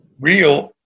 real